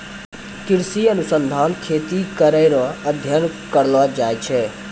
कृषि अनुसंधान खेती करै रो अध्ययन करलो जाय छै